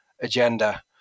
agenda